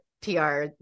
PR